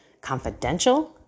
confidential